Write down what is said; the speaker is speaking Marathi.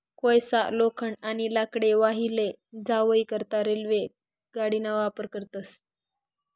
कोयसा, लोखंड, आणि लाकडे वाही लै जावाई करता रेल्वे गाडीना वापर करतस